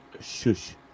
Shush